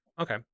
Okay